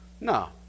No